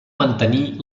mantenir